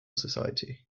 society